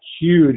huge